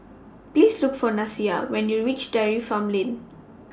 Please Look For Nyasia when YOU REACH Dairy Farm Lane